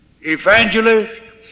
Evangelists